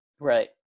Right